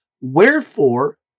Wherefore